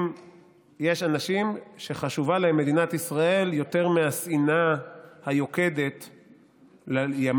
אם יש אנשים שחשובה להם מדינת ישראל יותר מהשנאה היוקדת לימין,